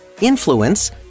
Influence